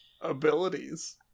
Abilities